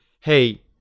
hey